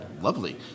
Lovely